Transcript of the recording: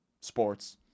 Sports